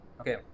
Okay